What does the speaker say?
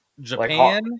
Japan